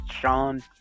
Sean